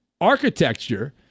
architecture